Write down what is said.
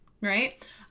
right